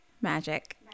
Magic